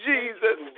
Jesus